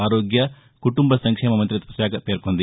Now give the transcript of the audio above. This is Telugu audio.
ఆరోగ్య కుటుంబ సంక్షేమ మంగ్రిత్వ శాఖ తెలిపింది